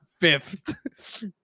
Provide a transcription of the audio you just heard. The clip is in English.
fifth